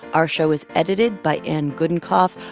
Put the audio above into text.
our show is edited by anne gudenkauf.